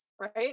right